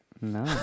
No